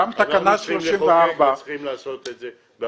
גם תקנה 34 --- אנחנו צריכים לחוקק וצריכים לעשות את זה בהבנה.